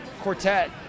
quartet